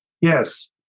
Yes